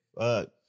Fuck